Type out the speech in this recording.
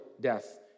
death